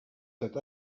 that